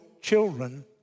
children